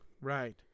Right